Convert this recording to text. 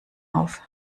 auf